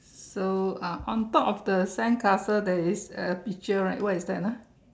so uh on top of the sand castle there is a picture right what is that ah